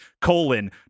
colon